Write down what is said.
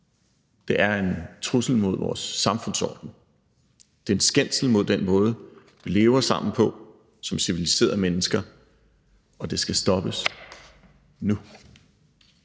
Det er en trussel mod vores samfundsorden. Det er en skændsel mod den måde, vi lever sammen på som civiliserede mennesker, og det skal stoppes nu.